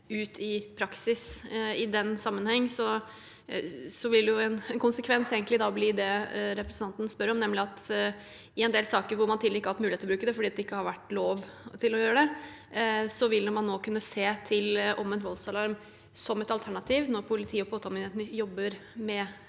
ut i praksis. I den sammenheng vil jo en konsekvens egentlig bli det representanten spør om, nemlig at i en del saker hvor man tidligere ikke har hatt mulighet å bruke det fordi det ikke har vært lov til å gjøre det, vil man nå kunne se til omvendt voldsalarm som et alternativ når politiet og påtalemyndigheten jobber med